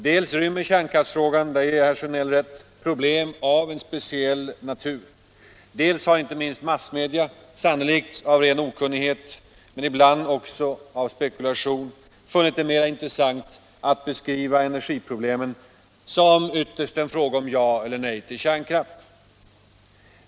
Dels rymmer kärnkraftsfrågan — där ger jag herr Sjönell rätt — problem av en speciell dimension, dels har inte minst massmedia — sannolikt av ren okunnighet men ibland också i spekulation — funnit det mer intressant att beskriva energiproblemen som ytterst en fråga om ja eller nej till kärnkraft.